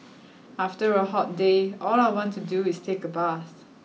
after a hot day all I want to do is take a bath